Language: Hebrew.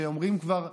ועד שאומרים כבר,